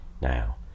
Now